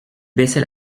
baissait